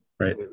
Right